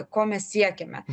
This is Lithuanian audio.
ko mes siekiame